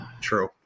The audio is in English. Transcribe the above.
True